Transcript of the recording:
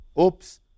oops